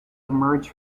emerge